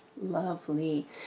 Lovely